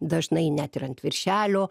dažnai net ir ant viršelio